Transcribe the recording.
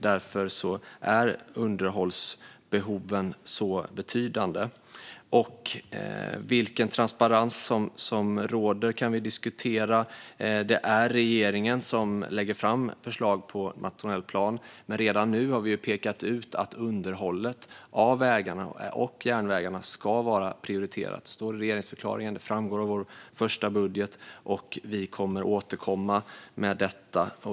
Därför är underhållsbehoven betydande. Vilken transparens som råder kan vi diskutera. Det är regeringen som lägger fram förslag på nationell plan. Men redan nu har vi pekat ut att underhållet av vägarna och järnvägarna ska vara prioriterat. Det står i regeringsförklaringen, och det framgår av vår första budget. Vi kommer att återkomma med detta.